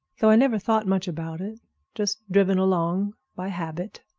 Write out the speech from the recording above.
though i never thought much about it just driven along by habit.